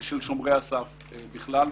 שומרי הסף בכלל?